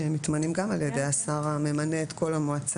שמתמנים גם על ידי השר הממנה את כל המועצה.